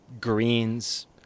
greens